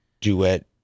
duet